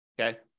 Okay